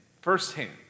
firsthand